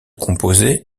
composé